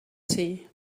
see